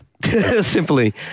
Simply